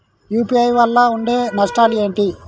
UPI వల్ల ఉండే నష్టాలు ఏంటి??